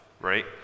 right